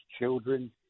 children